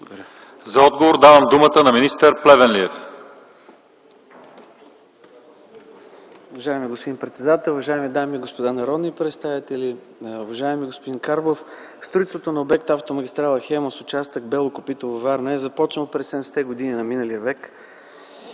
За отговор давам думата на министър Росен Плевнелиев.